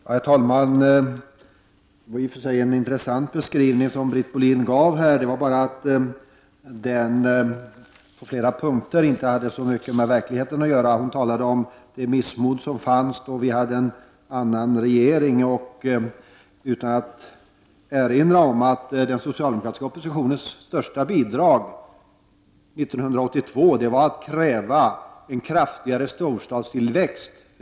Herr talman! Det var i och för sig en intressant beskrivning som Britt Bohlin gav. Det är bara det att den på flera punkter inte har så mycket med verkligheten att göra. Hon talade om det missmod som fanns då vi hade en annan regering. Jag vill erinra om att den socialdemokratiska oppositionens största bidrag 1982 var att kräva en kraftigare storstadstillväxt.